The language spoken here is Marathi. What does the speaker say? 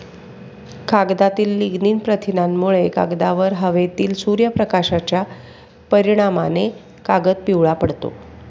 कागदातील लिग्निन प्रथिनांमुळे, कागदावर हवेतील सूर्यप्रकाशाच्या परिणामाने कागद पिवळा पडतो